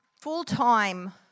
full-time